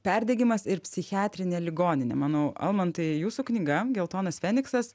perdegimas ir psichiatrinė ligoninė manau almantai jūsų knyga geltonas feniksas